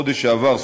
בחודש שעבר,